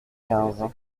quinze